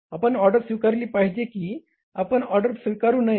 आपण ऑर्डर स्वीकारली पाहिजे की आपण ऑर्डर स्वीकारू नये